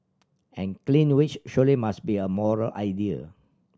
and clean wage surely must be a moral idea